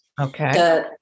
okay